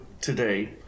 today